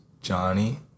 Johnny